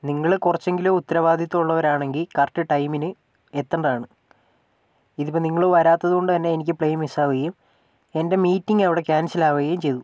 നിങ്ങള് കുറച്ചെങ്കിലും ഉത്തരവാദിത്തം ഉള്ളവരാണെങ്കിൽ കറക്റ്റ് ടൈമിന് എത്തേണ്ടതാണ് ഇതിപ്പോൾ നിങ്ങള് വരാത്തത് കൊണ്ടുതന്നെ എനിക്ക് പ്ലെയിൻ മിസ്സാവുകയും എൻ്റെ മീറ്റിംഗ് അവിടെ ക്യാൻസലാവുകയും ചെയ്തു